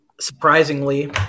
Surprisingly